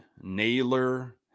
Naylor